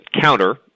counter